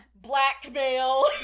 blackmail